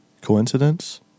Coincidence